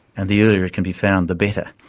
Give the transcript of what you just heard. and the earlier it can be found, the better.